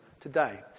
today